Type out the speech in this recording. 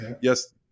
yes